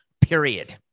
period